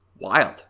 Wild